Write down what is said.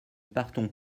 partons